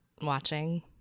watching